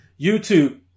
YouTube